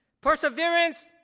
Perseverance